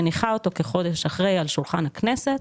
מניחה אותו כחודש אחרי על שולחן הכנסת.